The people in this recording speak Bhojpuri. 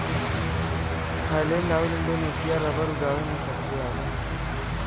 थाईलैंड आउर इंडोनेशिया रबर उगावे में सबसे आगे हउवे